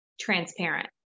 transparent